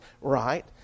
right